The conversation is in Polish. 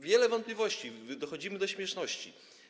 Wiele jest wątpliwości, dochodzimy do śmieszności.